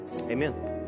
Amen